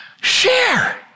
share